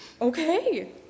Okay